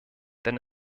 denn